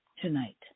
tonight